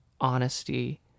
honesty